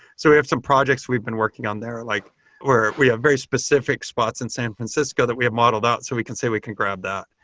so we have some projects we've been working on there, like where we have very specific spots in san francisco that we have modeled out so we can say we can grab that.